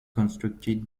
constructed